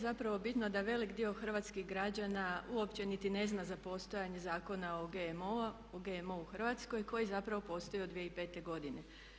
Ovdje je zapravo bitno da velik dio hrvatskih građana uopće niti ne zna za postojanje Zakona o GMO-u u Hrvatskoj koji zapravo postoji od 2005. godine.